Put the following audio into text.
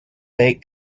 bake